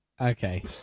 Okay